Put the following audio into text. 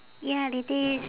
ya it is